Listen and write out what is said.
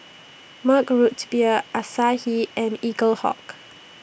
Mug Roots Beer Asahi and Eaglehawk